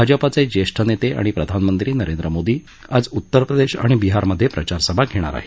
भाजपाचे ज्येष्ठ नेते आणि प्रधानमंत्री नरेंद्र मोदी आज उत्तर प्रदेश आणि बिहारमध्ये प्रचारसभा घेणार आहेत